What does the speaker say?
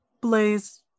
Blaze